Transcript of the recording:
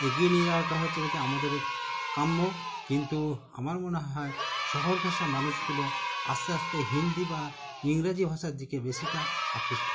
এগিয়ে নিয়ে যাওয়াটা হচ্ছে হচ্ছে আমাদের কাম্য কিন্তু আমার মনে হয় শহর ঘেঁষা মানুষগুলো আসতে আসতে হিন্দি বা ইংরেজি ভাষার দিকে বেশিটা আকৃষ্ট হচ্ছে